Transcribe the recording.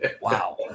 wow